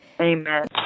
Amen